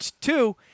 Two